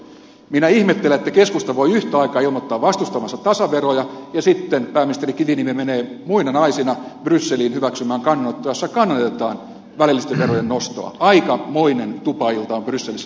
minä ihmettelen että keskusta voi yhtä aikaa ilmoittaa vastustavansa tasaveroja ja sitten pääministeri kiviniemi menee muina naisina brysseliin hyväksymään kannanottoja joissa kannatetaan välillisten verojen nostoa